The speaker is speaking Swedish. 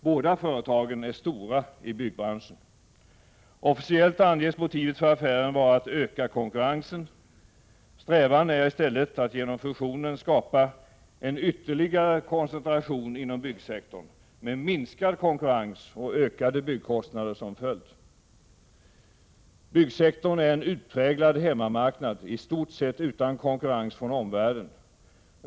Båda företagen är stora i byggbranschen. Officiellt anges motivet för affären vara att öka konkurrensen. Strävan är i stället att genom fusionen skapa ytterligare en koncentration inom byggsektorn, med minskad konkurrens och ökade byggkostnader som följd. Byggsektorn är en utpräglad hemmamarknad, i stort sett utan konkurrens från omvärlden.